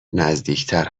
نزدیکتر